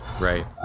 right